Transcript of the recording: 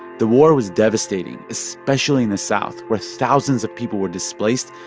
the war was devastating, especially in the south, where thousands of people were displaced,